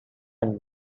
and